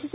S